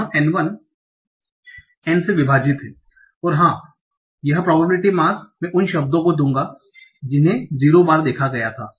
यह N 1 विभाजित N है और हा यह probability mass मैं उन शब्दों को दूंगा जिन्हें 0 बार देखा गया था